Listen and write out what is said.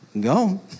go